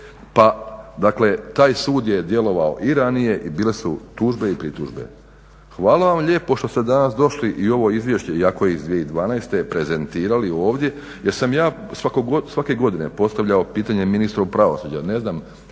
pa taj sud je djelovao i ranije i bile su tužbe i pritužbe. Hvala vam lijepo što ste danas došli i ako je iz 2012.prezentirali ovdje jer sam ja svake godine postavljao pitanje ministru pravosuđa ne znam